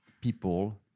people